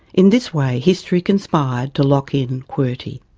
in this way, history conspired to lock in qwerty.